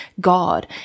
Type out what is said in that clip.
God